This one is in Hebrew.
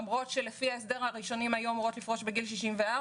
למרות שלפי ההסדר הראשוני הן היו אמורות לפרוש בגיל 64,